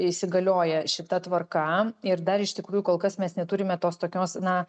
įsigalioja šita tvarka ir dar iš tikrųjų kol kas mes neturime tos tokios na